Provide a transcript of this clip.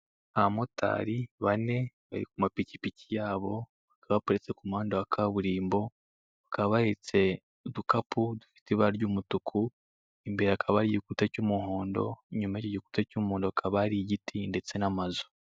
Abamotari bane bari ku mapikipiki yabo, bakaba baparitse ku muhanda wa kaburimbo bakaba bahetse udukapu dufite ibara ry'umutuku, imbere hakaba hari igikuta cy'umuhondo, inyuma y'icyo gikuta cy'umuhondo hakaba hari igiti, ndetse n'amazu.